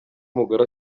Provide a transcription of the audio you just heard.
umugore